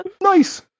nice